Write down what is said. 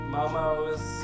Momos